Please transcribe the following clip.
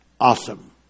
awesome